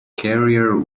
carrier